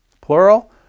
plural